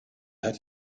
hat